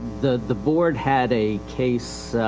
the, the board had a case,